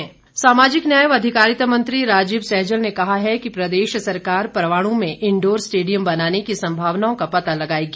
सहजल सामाजिक न्याय व अधिकारिता मंत्री राजीव सैजल ने कहा है कि प्रदेश सरकार परवाणु में इंडोर स्टेडियम बनाने की संभावनाओं का पता लगाएगी